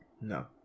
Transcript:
No